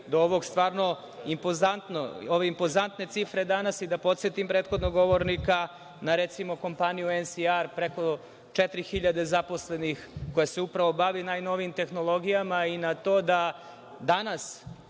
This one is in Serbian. do ove stvarno impozantne cifre danas. Da podsetim prethodnog govornika na, recimo, kompaniju NSR, preko četiri hiljade zaposlenih, koja se upravo bavi novim tehnologijama i na to da danas,